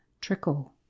trickle